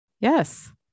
Yes